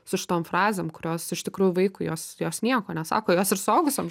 su šitom frazėm kurios iš tikrųjų vaikui jos jos nieko nesako jos ir suaugusiam